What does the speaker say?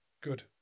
good